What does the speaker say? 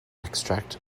extract